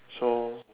so